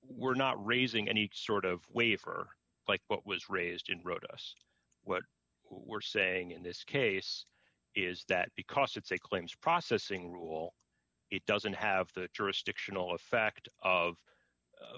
we're not raising any sort of way for like what was raised in wrote us what we're saying in this case is that because it's a claims processing rule it doesn't have the jurisdictional effect of